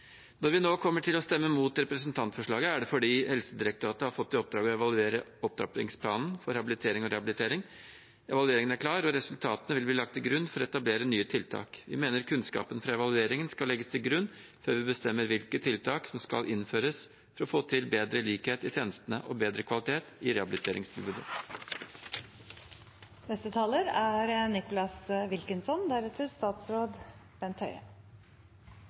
Når vi nå kommer til å stemme mot representantforslaget, er det fordi Helsedirektoratet har fått i oppdrag å evaluere opptrappingsplanen for habilitering og rehabilitering. Evalueringen er klar, og resultatet vil bli lagt til grunn for å etablere nye tiltak. Vi mener kunnskapen fra evalueringen skal legges til grunn før vi bestemmer hvilke tiltak som skal innføres for å få til bedre likhet i tjenestene og bedre kvalitet i